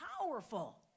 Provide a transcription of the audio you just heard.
powerful